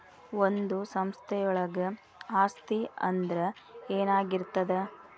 ಒಂದು ಸಂಸ್ಥೆಯೊಳಗ ಆಸ್ತಿ ಅಂದ್ರ ಏನಾಗಿರ್ತದ?